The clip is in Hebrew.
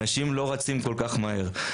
אנשים לא רצים כל כך מהר.